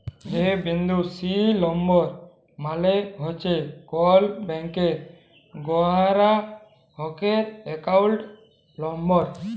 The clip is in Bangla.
এ বিন্দু সি লম্বর মালে হছে কল ব্যাংকের গেরাহকের একাউল্ট লম্বর